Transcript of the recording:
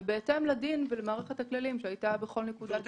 בהתאם לדין ולמערכת הכללים שהייתה בכל נקודה ונקודה.